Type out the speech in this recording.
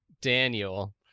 Daniel